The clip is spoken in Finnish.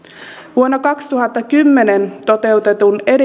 vuonna kaksituhattakymmenen toteutetun